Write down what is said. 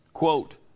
Quote